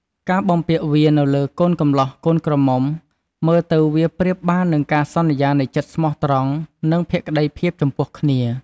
ការបំពាក់វានៅលើកូនកម្លោះកូនក្រមុំ មើលទៅវាប្រៀបបាននឹងការសន្យានៃចិត្តស្មោះត្រង់ និងភក្តីភាពចំពោះគ្នា។